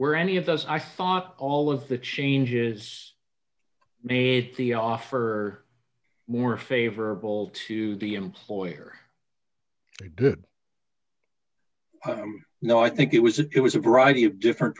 were any of those i thought all of the changes made the offer more favorable to the employer did no i think it was it was a variety of different